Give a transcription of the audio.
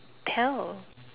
tell